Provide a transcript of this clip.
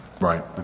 Right